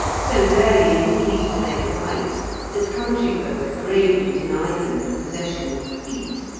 so rarely indeed do they alight that country folk gravely deny them the possession of feet,